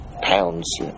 pounds